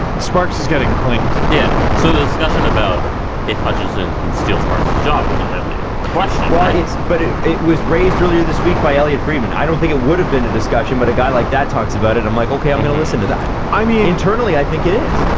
sparks is getting claimed. yeah, so the discussion about if hutchinson can steal sparks' job isn't really a question well, but it it was raised earlier this week by elliott freidman. i don't think it would have been a discussion but a guy like that talks about it and i'm like, okay, i'm gonna listen to that. i mean internally, i think it is,